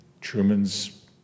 Truman's